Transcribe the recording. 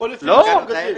לפי אילו תקנות?